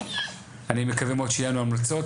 אני מקווה מאוד שיהיה לנו המלחצות,